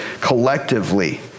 collectively